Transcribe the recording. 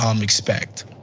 expect